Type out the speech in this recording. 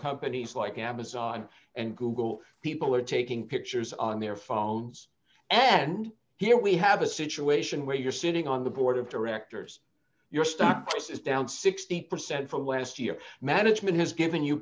companies like amazon and google people are taking pictures on their phones and here we have a situation where you're sitting on the board of directors your stock price is down sixty percent from last year management has given you